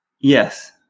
Yes